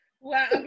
Wow